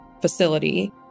facility